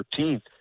13th